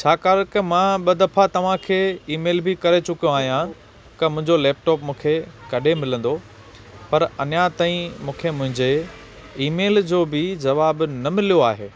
छाकाणि की मां ॿ दफ़ा तव्हांखे ईमेल बि करे चुको आहियां की मुंंहिंजो लैपटॉप मूंखे कॾहिं मिलंदो पर अञा ताईं मूंखे मुंहिंजे ईमेल जो बि जवाब न मिलो आहे